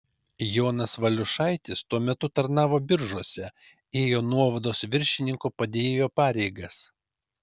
jonas valiušaitis tuo metu tarnavo biržuose ėjo nuovados viršininko padėjėjo pareigas